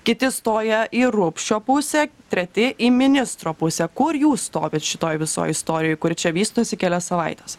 kiti stoja į rubšio pusę treti į ministro pusę kur jūs stovit šitoj visoj istorijoj kuri čia vystosi kelias savaites